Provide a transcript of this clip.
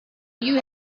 you